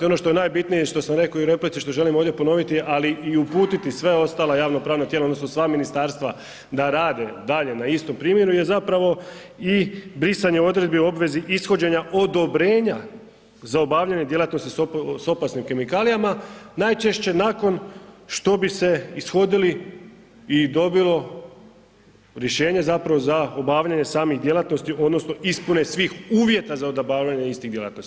Ono što je najbitnije i što sam reko i u replici, što želim ovdje ponoviti, ali i uputiti sva ostala javnopravna tijela odnosno sva ministarstva da rade dalje na istom primjeru jer zapravo i brisanje odredbi o obvezi ishođenja odobrenja za obavljanje djelatnosti s opasnim kemikalijama najčešće nakon što bi se ishodili i dobilo rješenje zapravo za obavljanje samih djelatnosti odnosno ispune svih uvjeta za obavljanje istih djelatnosti.